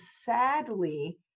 sadly